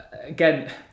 again